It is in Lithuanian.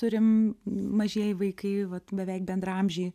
turim mažieji vaikai vat beveik bendraamžiai